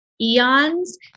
eons